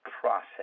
process